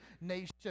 nation